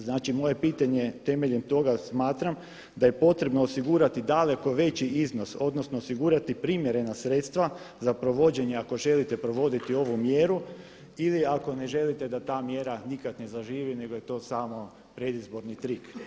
Znači moje pitanje je, temeljem toga smatram da je potrebno osigurati daleko veći iznos, odnosno osigurati primjerena sredstva za provođenje ako želite provoditi ovu mjeru ili ako ne želite da ta mjera nikad ne zaživi nego je to samo predizborni trik.